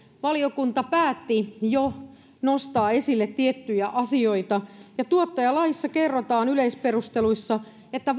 valiokunta päätti jo nostaa esille tiettyjä asioita tuottajalaissa kerrotaan yleisperusteluissa että